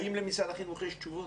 האם למשרד החינוך יש תשובות?